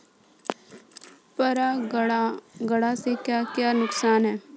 परागण से क्या क्या नुकसान हैं?